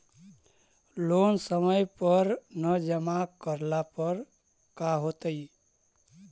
Loan समय पर न जमा करला पर का होतइ?